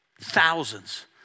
thousands